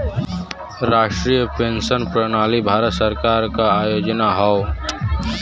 राष्ट्रीय पेंशन प्रणाली भारत सरकार क योजना हौ